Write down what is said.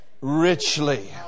richly